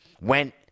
went